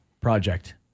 project